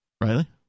Riley